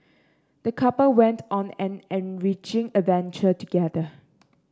the couple went on an enriching adventure together